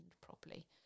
properly